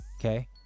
Okay